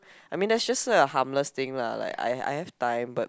I mean that's just a harmless thing lah like I I have time but